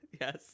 Yes